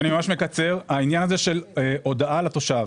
לעניין הודעה לתושב,